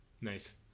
Nice